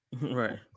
Right